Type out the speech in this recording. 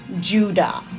Judah